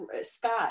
Scott